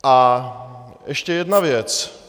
A ještě jedna věc.